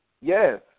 Yes